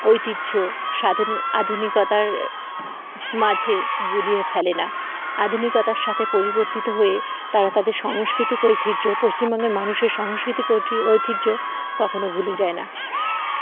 ঐতিহ্য সাধ আধুনিকতার মাঝে গুলিয়ে ফেলে না আধুনিকতার সাথে পরিবর্তিত হয়ে তারা তাদের সাংস্কৃতিক ঐতিহ্য পশ্চিমবঙ্গের মানুষের সাংস্কৃতিক ঐতিহ্য কখনও ভুলে যায় না